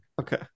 Okay